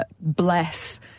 bless